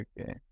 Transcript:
okay